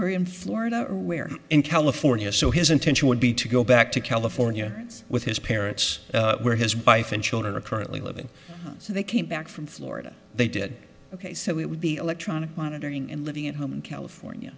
or in florida where in california so his intention would be to go back to california with his parents were his by phin children are currently living so they came back from florida they did ok so it would be electronic monitoring and living at home in california